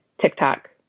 TikTok